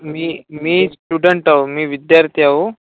मी मी स्टुडंट आहो मी विद्यार्थी आहो